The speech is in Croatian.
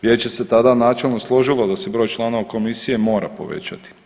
Vijeće se tada načelno složilo da se broj članova komisije mora povećati.